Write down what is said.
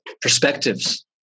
perspectives